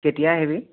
কেতিয়া আহিবি